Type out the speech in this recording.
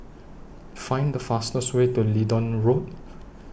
Find The fastest Way to Leedon Road